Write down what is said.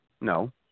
No